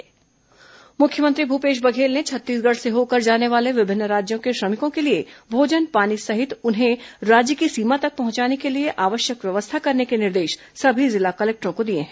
corona श्रमिक मुख्यमंत्री निर्देश मुख्यमंत्री भूपेश बघेल ने छत्तीसगढ़ से होकर जाने वाले विभिन्न राज्यों के श्रमिकों के लिए भोजन पानी सहित उन्हें राज्य की सीमा तक पहुंचाने के लिए आवश्यक व्यवस्था करने के निर्देश सभी जिला कलेक्टरों को दिए हैं